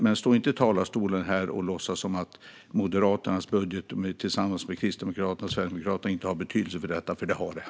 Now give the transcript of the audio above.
Men stå inte här i talarstolen och låtsas som att Moderaternas, Kristdemokraternas och Sverigedemokraternas budget inte har betydelse för detta, för det har den!